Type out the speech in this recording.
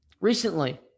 Recently